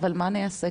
אבל מה אני אעשה?